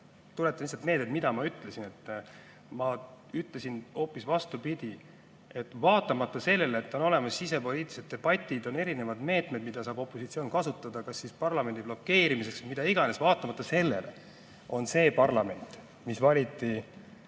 Tuletan lihtsalt meelde, mida ma ütlesin. Ma ütlesin hoopis, vastupidi, et vaatamata sellele, et on olemas sisepoliitilised debatid, et on erinevad meetmed, mida saab opositsioon kasutada kas parlamendi blokeerimiseks või mida iganes, vaatamata sellele on see parlament, mis valiti